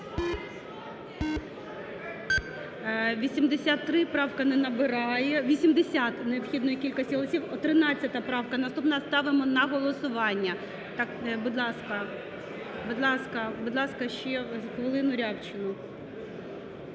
Правка не набирає, 80, необхідної кількості голосів. 13 правка наступна, ставимо на голосування. Так, будь ласка. Будь ласка, будь ласка, ще хвилину Рябчину.